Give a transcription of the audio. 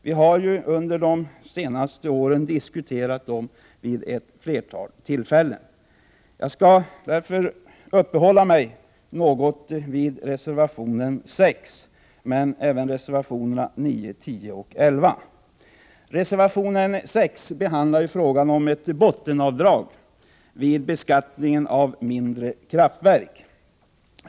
Vi har under de senaste åren diskuterat dem vid ett flertal tillfällen. Jag skall dock uppehålla mig något vid reservation nr 6, men även vid reservationerna 9, 10 och 11. Reservationen 6 behandlar frågan om ett bottenavdrag vid beskattningen av mindre kraftverk.